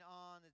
on